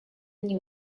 ним